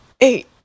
eight